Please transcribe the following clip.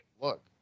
look